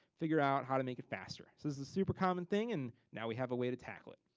figure out how to make it faster. so this is a super common thing, and now we have a way to tackle it.